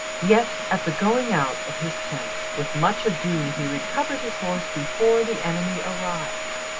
yet, at the going out of his tent, with much ado he recovered his horse before the enemy arrived.